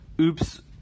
Oops